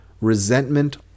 resentment